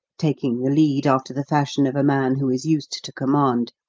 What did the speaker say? taking the lead after the fashion of a man who is used to command.